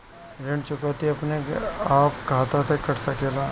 ऋण चुकौती अपने आप खाता से कट सकेला?